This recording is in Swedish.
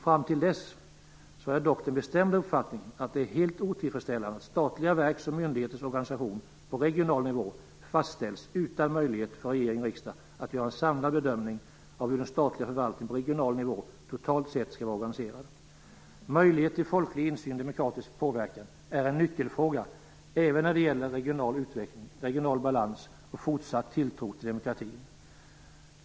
Fram till dess har jag dock den bestämda uppfattningen att det är helt otillfredsställande att statliga verks och myndigheters organisation på regional nivå fastställs utan möjligheter för regering och riksdag att göra en samlad bedömning av hur den statliga förvaltningen på regional nivå totalt sett skall vara organiserad. Möjligheter till folklig insyn och demokratisk påverkan är en nyckelfråga även när det gäller regional utveckling, regional balans och fortsatt tilltro till demokratin.